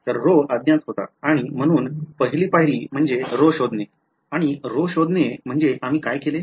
तर ρअज्ञात होता आणि म्हणून पहिली पायरी म्हणजे ρ शोधणे आणि ρ शोधणे म्हणजे आम्ही काय केले